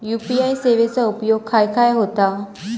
UPI सेवेचा उपयोग खाय खाय होता?